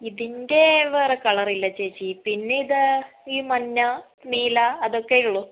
ഇതിൻ്റെ വേറെ കളർ ഇല്ല ചേച്ചി പിന്നെ ഇത് ഈ മഞ്ഞ നീല അതൊക്കെയേയുള്ളൂ